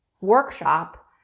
workshop